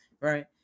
right